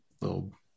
little